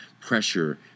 pressure